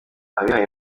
abihaye